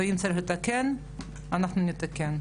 אז אם צריך לתקן אנחנו נתקן.